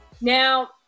Now